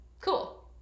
Cool